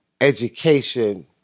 education –